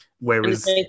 whereas